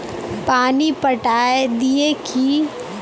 पानी पटाय दिये की?